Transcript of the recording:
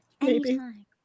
Anytime